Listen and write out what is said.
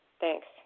Thanks